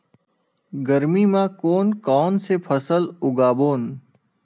गरमी मा कोन कौन से फसल उगाबोन?